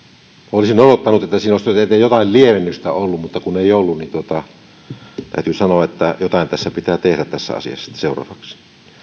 olisin odottanut että siinä olisi nyt edes jotain lievennystä ollut mutta kun ei ollut niin täytyy sanoa että jotain pitää tehdä tässä asiassa sitten seuraavaksi